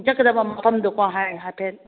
ꯆꯠꯀꯗꯕ ꯃꯐꯝꯗꯣꯀꯣ ꯍꯣꯏ ꯍꯥꯏꯐꯦꯠ